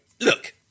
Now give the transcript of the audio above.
Look